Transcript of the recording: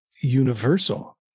universal